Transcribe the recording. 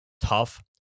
tough